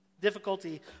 difficulty